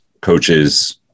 coaches